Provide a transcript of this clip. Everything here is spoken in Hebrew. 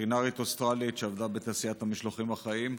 וטרינרית אוסטרלית שעבדה בתעשיית המשלוחים החיים,